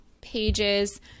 pages